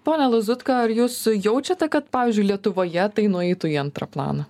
pone lazutka ar jūs jaučiate kad pavyzdžiui lietuvoje tai nueitų į antrą planą